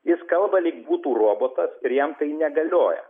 jis kalba lyg būtų robotas ir jam tai negalioja